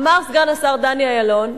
אמר סגן השר דני אילון: